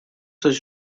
was